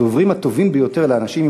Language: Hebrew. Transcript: הדוברים הטובים ביותר לאנשים עם